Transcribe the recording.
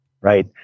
Right